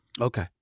Okay